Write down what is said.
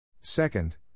Second